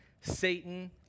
Satan